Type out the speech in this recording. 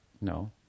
No